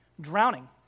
Drowning